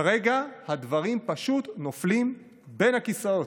כרגע הדברים פשוט נופלים בין הכיסאות.